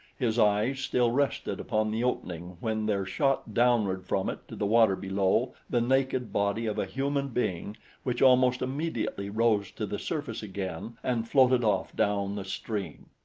his eyes still rested upon the opening when there shot downward from it to the water below the naked body of a human being which almost immediately rose to the surface again and floated off down the stream.